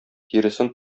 тиресен